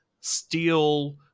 steel